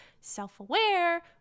self-aware